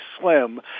slim